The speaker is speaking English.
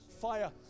fire